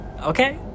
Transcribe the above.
Okay